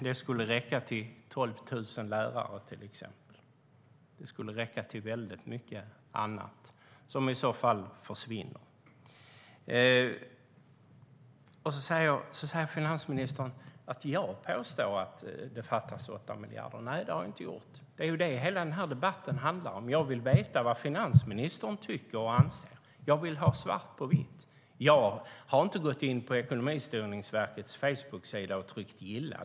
Det skulle räcka till exempelvis 12 000 lärare, och det skulle räcka till mycket annat, men som i så fall försvinner. Finansministern säger att jag påstår att det fattas 8 miljarder. Nej, det har jag inte gjort. Det är det som hela denna debatt handlar om. Jag vill veta vad finansministern anser. Jag vill ha svart på vitt. Jag har inte gått in på Ekonomistyrningsverkets Facebooksida och tryckt på gillaknappen.